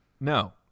No